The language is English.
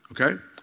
Okay